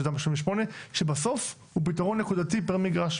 תמ"א 38 שבסוף הוא פתרון נקודתי פר מגרש,